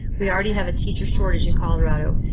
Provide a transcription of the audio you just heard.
we already have a teacher shortage in colorado,